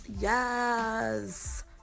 yes